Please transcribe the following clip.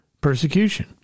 persecution